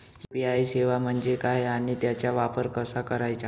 UPI सेवा म्हणजे काय आणि त्याचा वापर कसा करायचा?